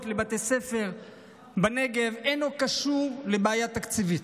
לבתי ספר בנגב אינו קשור לבעיה תקציבית,